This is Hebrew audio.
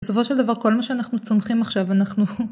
בסופו של דבר, כל מה שאנחנו צומחים עכשיו, אנחנו...